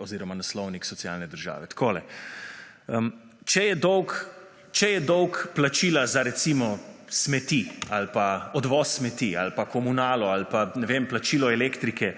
oziroma naslovnik socialne države. Tako, če je dolg plačila za recimo smeti ali odvoz smeti ali pa komunalo ali pa plačilo elektrike